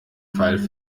fall